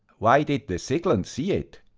why did the siglent see it?